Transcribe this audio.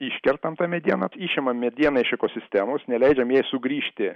iškertam tą medieną išimam medieną iš ekosistemos neleidžiam jai sugrįžti